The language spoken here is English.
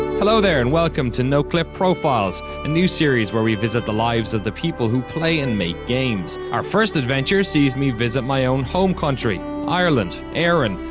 hello there, and welcome to noclip profiles, a new series where we visit the lives of the people who play and make games. our first adventure sees me visit my own home company, ireland, erin,